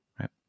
Right